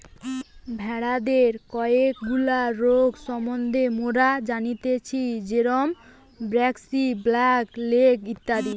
ভেড়াদের কয়েকগুলা রোগ সম্বন্ধে মোরা জানতেচ্ছি যেরম ব্র্যাক্সি, ব্ল্যাক লেগ ইত্যাদি